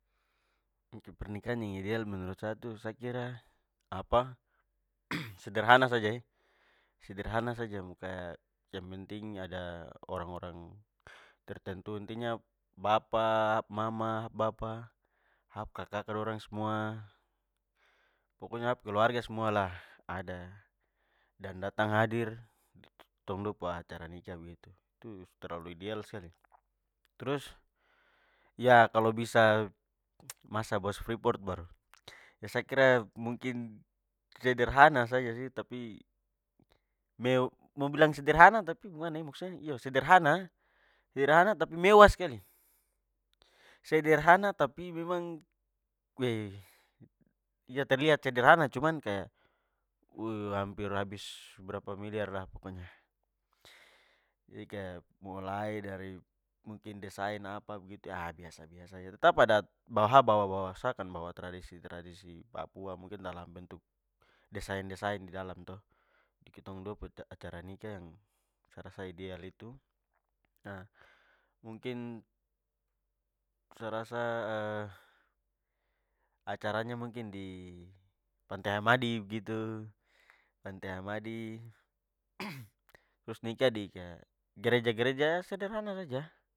Ok pernikahan yang ideal menurut sa tu, sa kira apa sederhana saja e! Sederhana saja mo, kaya yang penting ada orang-orang tertentu. Intinya bapa, sap mama, sap bapa, sap kaka-kaka dorang semua, pokoknya sa pu keluarga semua lah ada dan datang hadir tong dua pu acara nikah begitu. Itu su terlalu ideal skali. Trus, ya kalo bisa masa bos freeport baru, sa kira mungkin sederhana saja sih tapi mo bilang sederhana tapi bagemana e? Maksudnya iyo sederhana, sederhana tapi mewah skali. Sederhana tapi memang iyo terlihat sederhana cuman kaya hampir habis berapa miliar lah pokoknya. Jadi kaya mulai dari mungkin desain apa begitu biasa-biasa saja. Tetap ada sa bawa bawa sa akan bawa- tradisi-tradisi papua, mungkin dalam bentuk desain-desain di dalam to, kitong dua punya acara nikah yang sa rasa ideal itu. Nah mungkin sa rasa acaranya mungkin di pantai hamadi begitu. Pantai hamadi trus nikah di kaya gereja-gereja sederhana saja.